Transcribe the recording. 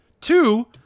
two